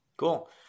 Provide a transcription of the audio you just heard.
Cool